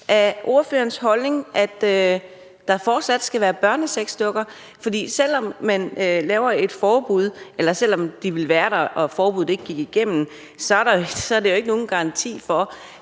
det ordførerens holdning, at der fortsat skal være børnesexdukker? For selv om de kan fås, og selv om forbuddet ikke går igennem, er det jo ikke nogen garanti for,